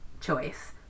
choice